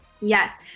Yes